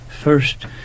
first